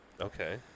okay